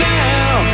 now